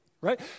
right